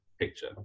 picture